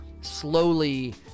slowly